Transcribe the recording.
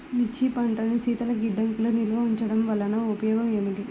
మిర్చి పంటను శీతల గిడ్డంగిలో నిల్వ ఉంచటం వలన ఉపయోగం ఏమిటి?